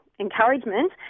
Encouragement